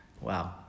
wow